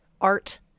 art